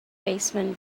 baseman